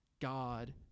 God